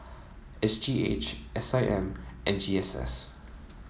S G H S I M and G S S